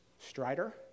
Strider